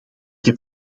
heb